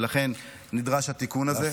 ולכן נדרש התיקון הזה.